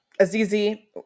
Azizi